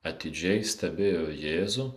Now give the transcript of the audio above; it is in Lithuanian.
atidžiai stebėjo jėzų